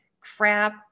crap